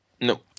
No